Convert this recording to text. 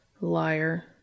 Liar